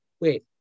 Wait